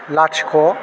लाथिख'